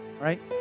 right